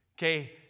Okay